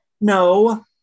No